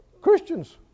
Christians